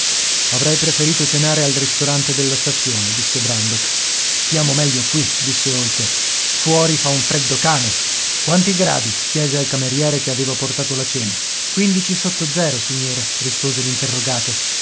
avrei preferito cenare al ristorante della stazione disse brandok stiamo meglio qui disse holker fuori fa un freddo cane quanti gradi chiese al cameriere che aveva portato la cena quindici sotto zero signore rispose